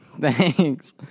Thanks